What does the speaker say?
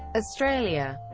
australia